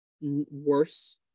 worse